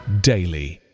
daily